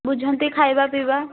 ବୁଝନ୍ତି ଖାଇବା ପିଇବା